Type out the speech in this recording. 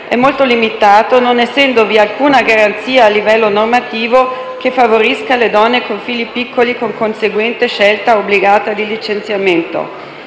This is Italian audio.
è molto limitato, non essendovi alcuna garanzia a livello normativo che favorisca le donne con figli piccoli, con conseguente scelta obbligata di licenziamento.